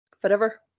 forever